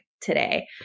today